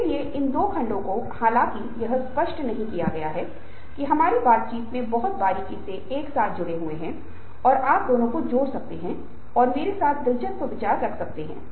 तो इन जरूरतों की आवश्यकता होती है और इसे सिखाया जा सकता है और उपलब्धि की यह आवश्यकता उद्यमी क्षमता के साथ समान है और यह आवश्यकताएं एक व्यक्ति से दूसरे व्यक्ति में भिन्न होती हैं